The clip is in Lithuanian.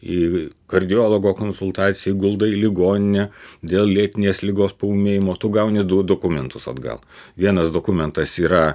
į kardiologo konsultacijai guldai į ligoninę dėl lėtinės ligos paūmėjimo tu gauni do dokumentus atgal vienas dokumentas yra